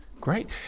Great